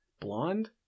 Blonde